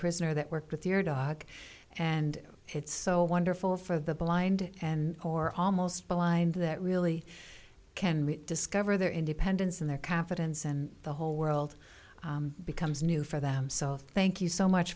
prisoner that worked with your dog and it's so wonderful for the blind and or almost blind that really can discover their independence and their confidence and the whole world becomes new for them so thank you so much